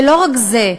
ולא רק זה,